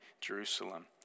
Jerusalem